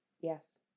yes